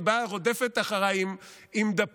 היא רודפת אחרי עם דפים,